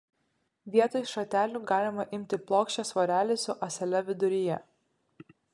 vietoj šratelių galima imti plokščią svarelį su ąsele viduryje